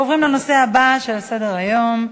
אנחנו עוברים להצעות לסדר-היום מס'